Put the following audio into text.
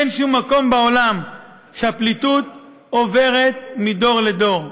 אין שום מקום בעולם שבו הפליטות עוברת מדור לדור.